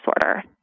disorder